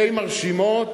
די מרשימות,